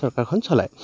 চৰকাৰখন চলায়